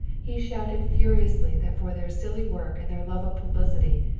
he shouted furiously that for their silly work and their love of publicity,